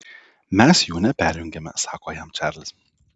mes jų neperjungiame sako jam čarlis